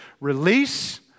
release